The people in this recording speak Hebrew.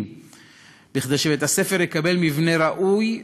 כדי שבית-הספר יקבל מבנה ראוי והולם,